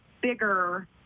bigger